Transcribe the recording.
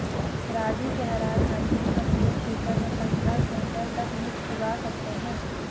राजू कह रहा था कि हम एक एकड़ में पंद्रह क्विंटल तक मिर्च उगा सकते हैं